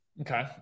Okay